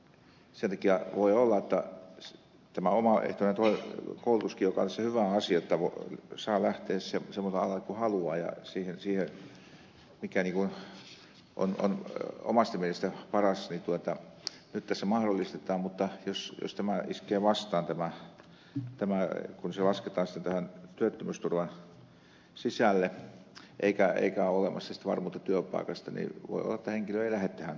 sen takia voi olla jotta tämä omaehtoinen koulutuskin joka on tässä hyvä asia jotta saa lähteä semmoiselle alalle kuin haluaa eli mikä on omasta mielestä paras nyt tässä mahdollistetaan mutta jos tämä iskee vastaan kun se lasketaan työttömyysturvan sisälle eikä ole olemassa varmuutta työpaikasta niin voi olla että henkilö ei lähde tähän koulutukseen